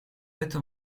этом